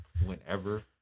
Whenever